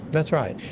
that's right.